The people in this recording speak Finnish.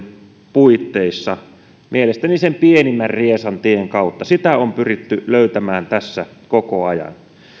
puitteissa mielestäni sen pienimmän riesan tien kautta se on pyritty löytämään tässä koko ajan